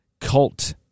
cult